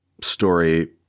story